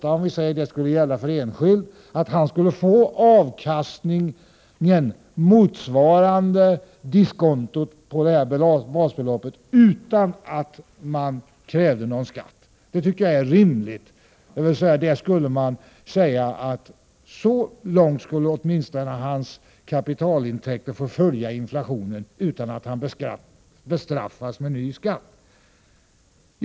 Om man säger att den ordningen skulle gälla att en ensamstående skulle få avkastningen motsvarande diskontot på detta belopp utan att krävas på skatt, så tycker jag att det vore rimligt. Åtminstone så långt skulle hans kapitalintäkter få följa inflationen utan att han bestraffas med ny skatt.